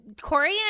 Corey